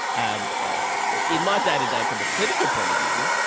um ah in my day-to-day from a clinical point of view,